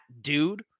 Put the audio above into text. dude